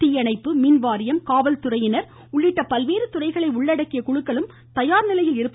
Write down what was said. தீயணைப்புத்துறை மின்வாரியம் காவல்துறை உள்ளிட்ட பல்வேறு துறைகளை உள்ளடக்கிய குழுக்களும் தயார்நிலையில் உள்ளன